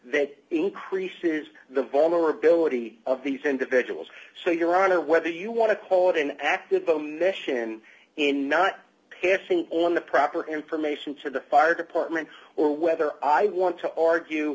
that increases the vulnerability of these individuals so your honor whether you want to call it an act of omission in not passing on the proper information to the fire department or whether i want to argue